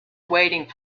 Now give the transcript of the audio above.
waiting